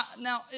now